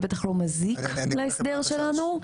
זה בטח לא מזיק להסדר שלנו.